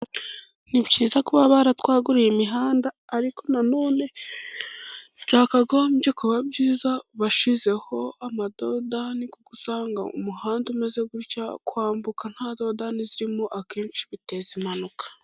Ni byiza kuba baratwaguriye imihanda ,ariko na none byakagombye kuba byiza bashizeho amadodani usanga umuhanda umeze gutya kwambuka nta dodani zirimo akenshi biteza impanuka.